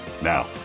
Now